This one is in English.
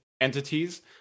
entities